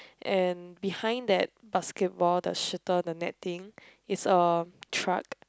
and behind that basketball the shooter the net thing is a truck